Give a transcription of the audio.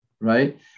right